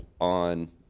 on